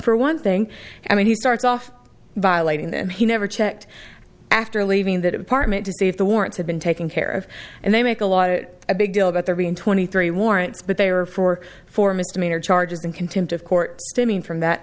for one thing i mean he starts off violating that he never checked after leaving that apartment to see if the warrants have been taken care of and they make a lot a big deal about there being twenty three warrants but they were for four misdemeanor charges in contempt of court stemming from that